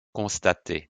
constatés